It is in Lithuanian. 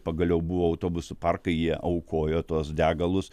pagaliau buvo autobusų parkai jie aukojo tuos degalus